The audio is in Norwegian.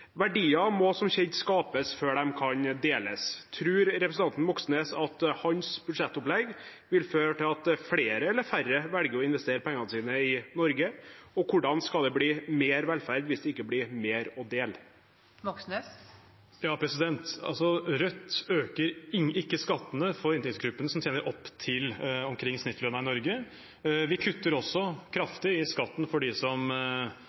Verdier må som kjent skapes før de kan deles. Tror representanten Moxnes at hans budsjettopplegg vil føre til at flere – eller færre – velger å investere pengene sine i Norge? Og hvordan skal det blir mer velferd hvis det ikke blir mer å dele? Rødt øker ikke skattene for inntektsgruppen som tjener opp til omkring snittlønna i Norge. Vi kutter også kraftig i skatten for dem som